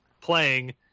playing